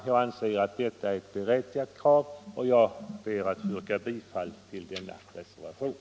Jag anser att detta är ett berättigat krav, och jag ber att få yrka bifall till denna reservation.